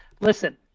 Listen